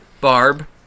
Barb